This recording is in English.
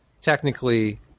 Technically